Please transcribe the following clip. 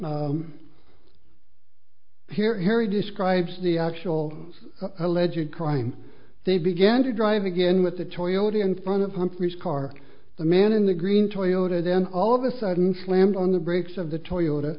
here harry describes the actual alleged crime they began to drive again with a toyota in front of humphreys car the man in the green toyota then all of a sudden slammed on the brakes of the toyota